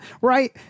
Right